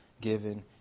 given